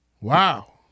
Wow